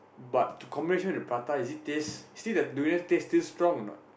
but to compare withprata is it taste still that durian taste still strong or not